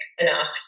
enough